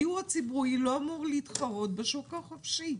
הדיור הציבורי לא אמור להתחרות בשוק החופשי.